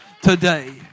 today